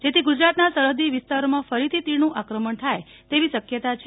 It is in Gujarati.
જેથી ગુજરાતના સરહદી વિસ્તારોમાં ફરીથી તીડનું આક્રમણ થાય તેવી શક્યતા છે